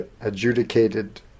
adjudicated